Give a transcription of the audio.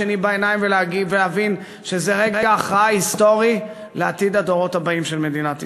השני ולהבין שזה רגע הכרעה היסטורי לעתיד הדורות הבאים של מדינת ישראל.